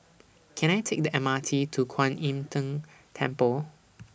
Can I Take The M R T to Kwan Im Tng Temple